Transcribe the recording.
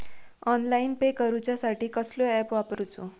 Online pay करूचा साठी कसलो ऍप वापरूचो?